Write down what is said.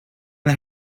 and